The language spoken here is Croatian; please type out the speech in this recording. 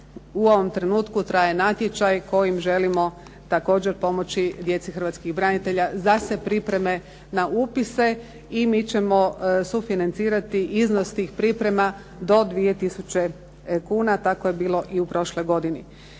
u ovom trenutku traje natječaj kojim želimo također pomoći djeci hrvatskih branitelja da se pripreme na upise i mi ćemo sufinancirati iznos tih priprema do 2000 kuna, tako je bilo i u prošloj godini.